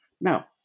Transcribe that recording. Now